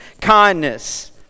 kindness